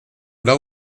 oder